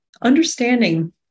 understanding